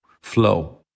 flow